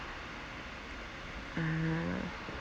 ah